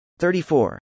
34